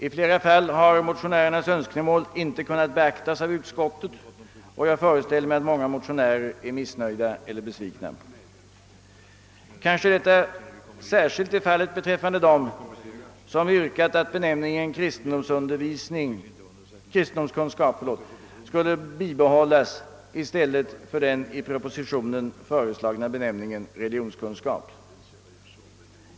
I flera fall har motionärernas önskemål inte kunnat biträdas av utskottet, och jag föreställer mig därför att många motionärer nu är missnöjda eller besvikna. Detta är kanske särskilt förhållandet med dem som har yrkat att benämningen kristendomskunskap skall bibehållas i stället för den i propositionen föreslagna beteckningen religionskunskap.